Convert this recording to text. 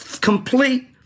Complete